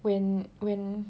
when when